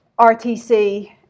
RTC